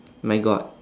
my god